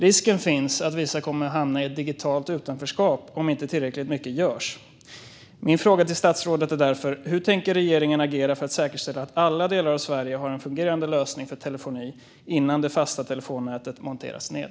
Risken finns att vissa kommer att hamna i ett digitalt utanförskap om inte tillräckligt mycket görs. Min fråga till statsrådet är därför: Hur tänker regeringen agera för att säkerställa att alla delar av Sverige har en fungerande lösning för telefoni innan det fasta telefonnätet monteras ned?